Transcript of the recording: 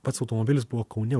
pats automobilis buvo kaune